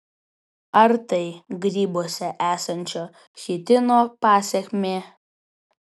ar tai grybuose esančio chitino pasekmė